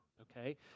okay